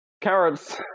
Carrots